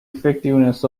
effectiveness